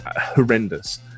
horrendous